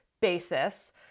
basis